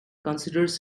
considers